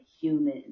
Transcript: human